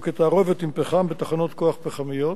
או כתערובת עם פחם בתחנות כוח פחמיות.